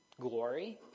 glory